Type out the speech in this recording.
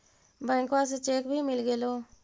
बैंकवा से चेक भी मिलगेलो?